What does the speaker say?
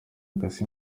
kassim